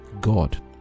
God